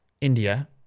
India